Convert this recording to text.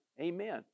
Amen